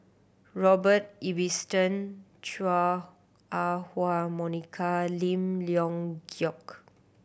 Robert Ibbetson Chua Ah Huwa Monica Lim Leong Geok